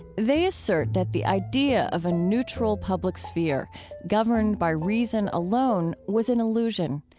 they assert that the idea of a neutral public sphere governed by reason alone was an illusion.